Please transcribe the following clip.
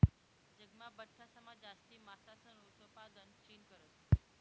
जगमा बठासमा जास्ती मासासनं उतपादन चीन करस